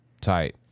tight